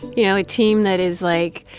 you know, a team that is like,